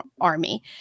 army